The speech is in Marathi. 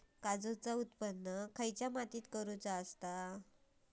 काजूचा उत्त्पन कसल्या मातीत करुचा असता?